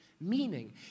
Meaning